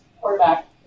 quarterback